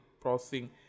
processing